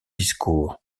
discours